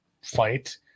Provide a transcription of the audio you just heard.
fight